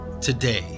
today